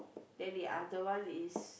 then the other one is